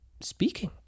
speaking